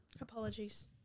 Apologies